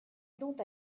dont